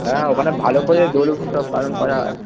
হ্যাঁ ওখানে ভালো করে দোল উৎসব পালন করা